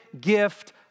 gift